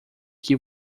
que